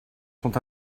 sont